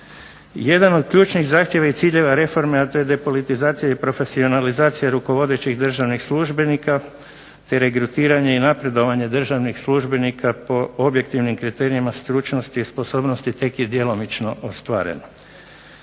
Jedan od ključnih zahtjeva i ciljeva reforme, a to je depolitizacija i profesionalizacija rukovodećih državnih službenika te regrutiranje i napredovanje državnih službenika po objektivnim kriterijima stručnosti i sposobnosti tek je djelomično ostvareno.